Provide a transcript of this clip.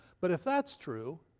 but if that's true,